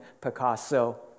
Picasso